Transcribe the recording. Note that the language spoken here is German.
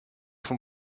vom